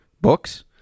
Books